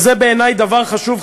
וזה בעיני דבר חשוב,